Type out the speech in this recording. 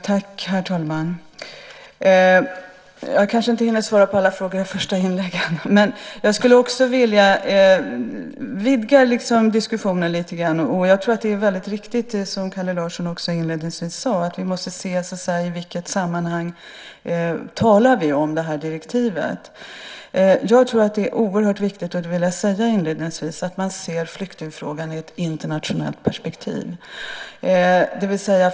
Herr talman! Jag kanske inte hinner svara på alla frågorna i detta inlägg, men jag skulle vilja vidga diskussionen lite grann. Det är mycket viktigt, som Kalle Larsson också inledningsvis sade, att vi ser i vilket sammanhang vi talar om det här direktivet. Det är oerhört viktigt att man ser flyktingfrågan i ett internationellt perspektiv.